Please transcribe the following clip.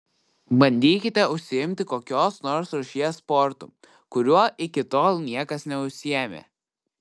bandykite užsiimti kokios nors rūšies sportu kuriuo iki tol niekas neužsiėmė